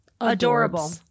adorable